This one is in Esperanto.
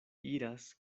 iras